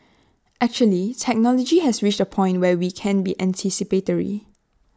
actually technology has reached A point where we can be anticipatory